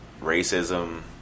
Racism